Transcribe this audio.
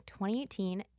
2018